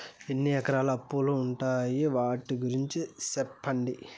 ఎన్ని రకాల అప్పులు ఉన్నాయి? వాటి గురించి సెప్పండి?